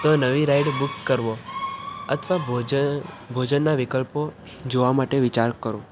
તો નવી ride book કરવો અથવા ભોજનના વિકલ્પો જોવા માટે વિચાર કરો